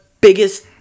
biggest